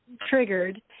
triggered